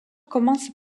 commence